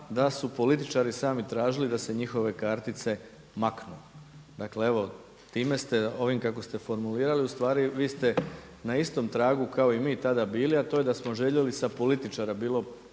da su političari sami tražili da se njihove kartice maknu. Dakle, evo, time ste ovim kako ste formulirali ustvari vi ste na istom tragu kao i mi tada bili, a to je da smo željeli sa političara bilo